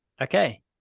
Okay